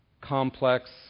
complex